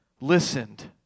listened